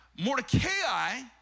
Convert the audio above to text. Mordecai